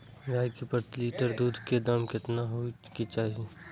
गाय के प्रति लीटर दूध के दाम केतना होय के चाही?